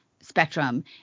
spectrum